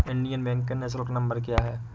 Indian bank का निःशुल्क number क्या है?